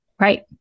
Right